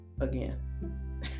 again